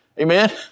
Amen